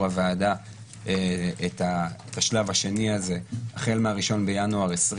הוועדה את השלב השני הזה החל מה-1 בינואר 2020,